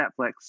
netflix